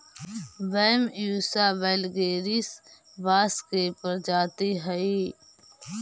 Bambusa वैलगेरिस बाँस के प्रजाति हइ